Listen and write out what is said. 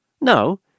No